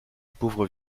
pauvre